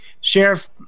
Sheriff